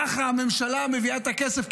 ככה הממשלה מביאה את הכסף,